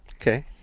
Okay